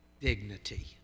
dignity